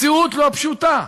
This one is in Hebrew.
מציאות לא פשוטה.